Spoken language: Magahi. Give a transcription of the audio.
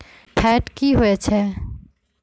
फैट की होवछै?